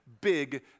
big